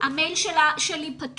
המייל שלי פתוח,